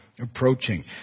approaching